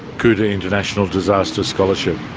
kuta international disaster scholarship.